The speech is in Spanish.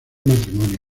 matrimonio